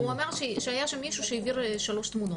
הוא אומר שהיה שם מישהו שהעביר שלוש תמונות,